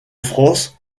france